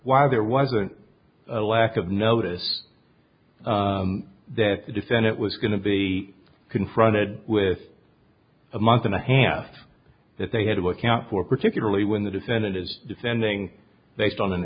why there wasn't a lack of notice that defend it was going to be confronted with a month and a half that they had to account for particularly when the defendant is defending based on an